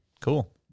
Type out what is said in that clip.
cool